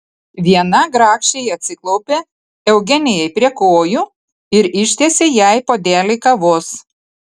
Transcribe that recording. viena grakščiai atsiklaupė eugenijai prie kojų ir ištiesė jai puodelį kavos